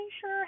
sure